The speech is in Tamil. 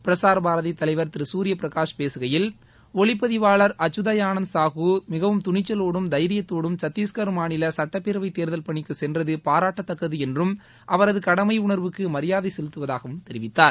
பிரசார் பாரதி தலைவர் திரு சூரிய பிரகாஷ் பேககையில் ஒளிப்பதிவாளர் அச்சதயானந்த் சாகு மிகவும் துணிச்சலோடும் தைரியத்தோடும் சத்தீஷ்கர் மாநில சட்டப்பேரவை தேர்தல் பணிக்கு சென்றது பாராட்டத்தக்கது என்றும் அவரது கடமை உணர்வுக்கு மரியாதை செலுத்துவதாகவும் தெரிவித்தார்